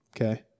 okay